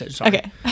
okay